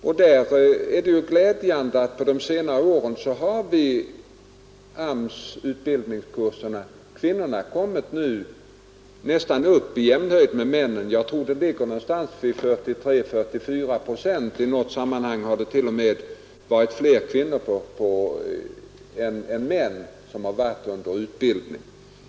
Och därför är det ju glädjande att kvinnorna under de senare åren kommit upp nästan i jämnhöjd med männen — jag tror de ligger vid 43 eller 44 procent. I något sammanhang har det t.o.m. varit fler kvinnor än män som varit under utbildning.